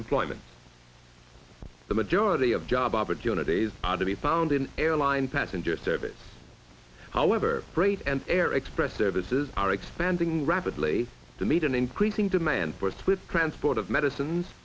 employment the majority of job opportunities to be found in airline passenger service however freight and air express services are expanding rapidly to meet an increasing demand for swift transport of medicines